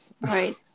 Right